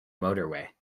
motorway